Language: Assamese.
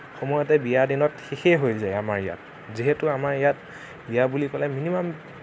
সময়তে বিয়াৰ দিনত শেষেই হৈ যায় আমাৰ ইয়াত যিহেতু আমাৰ ইয়াত বিয়া বুলি ক'লে মিনিমাম